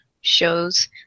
shows